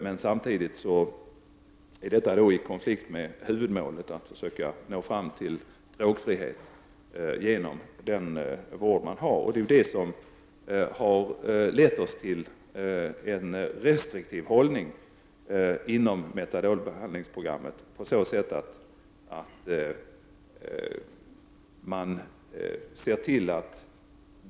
Men detta står samtidigt i konflikt med huvudmålet, nämligen att genom vården försöka nå fram till drogfrihet. Detta har lett oss till att inta en restriktiv hållning när det gäller metadonbehandlingsprogrammet.